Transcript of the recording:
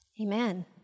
Amen